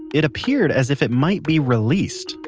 it appeared as if it might be released.